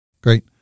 Great